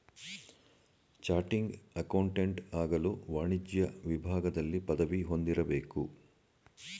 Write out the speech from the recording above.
ಚಾಟಿಂಗ್ accountant ಆಗಲು ವಾಣಿಜ್ಯ ವಿಭಾಗದಲ್ಲಿ ಪದವಿ ಹೊಂದಿರಬೇಕು